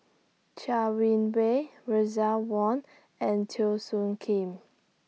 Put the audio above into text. Chai Win Wei Russel Wong and Teo Soon Kim